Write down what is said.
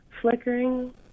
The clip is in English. flickering